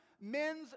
Men's